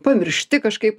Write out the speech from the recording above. pamiršti kažkaip